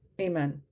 Amen